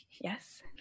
Yes